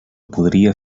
podria